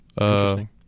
Interesting